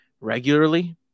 regularly